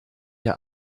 ihr